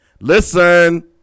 listen